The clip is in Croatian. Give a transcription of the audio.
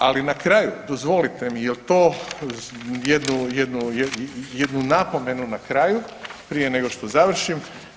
Ali na kraju dozvolite mi jednu napomenu na kraju prije nego što završim.